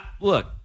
look